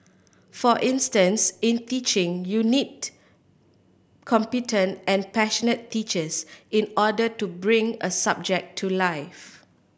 for instance in teaching you need competent and passionate teachers in order to bring a subject to life